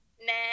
Nah